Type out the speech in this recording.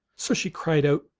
so she cried out,